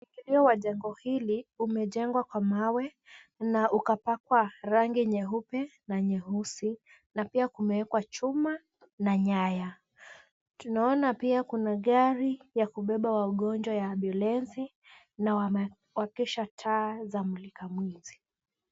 Eneo wa jengo hili umejengwa kwa mawe na upakwa rangi nyeupe na nyeusi na pia kumewekwa chuma na nyaya. Tunaona pia kuna gari ya kubeba wagonjwa ya ambulensi na wamewakisha taa za mulikamwizi.